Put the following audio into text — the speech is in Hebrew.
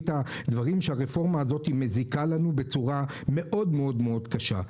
שאביא את הדברים שהרפורמה הזאת מזיקה בצורה מאוד מאוד קשה.